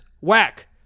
whack